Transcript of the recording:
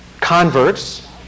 converts